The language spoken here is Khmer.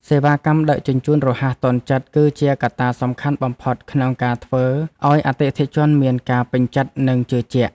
សេវាកម្មដឹកជញ្ជូនរហ័សទាន់ចិត្ត គឺជាកត្តាសំខាន់បំផុតក្នុងការធ្វើឱ្យអតិថិជនមានការពេញចិត្តនិងជឿជាក់។